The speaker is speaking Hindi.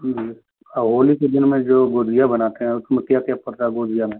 जी भैया होली के दिन में जो गुझिया बनाते हैं उसमें क्या क्या पड़ता है गुझिया में